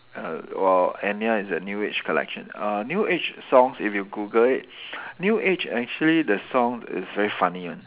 err !wow! Enya is a new age collection uh new age songs if you Google it new age actually the song is very funny one